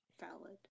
Valid